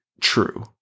true